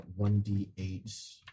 1d8